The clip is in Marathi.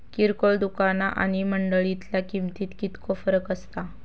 किरकोळ दुकाना आणि मंडळीतल्या किमतीत कितको फरक असता?